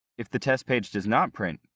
if the test page does not print,